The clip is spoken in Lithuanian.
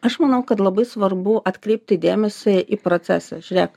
aš manau kad labai svarbu atkreipti dėmesį į procesą žiūrėk